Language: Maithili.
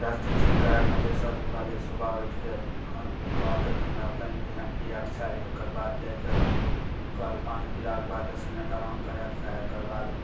दस्त ठीक करऽ खातिर सबसँ पहिले सुबह ऊठिके कलके ठंडा पानि पीना पिएके चाही ओकर बाद जाइ कऽ कल पानि पीलाके बाद दश मिनट आराम करऽ के चाही ओकर बाद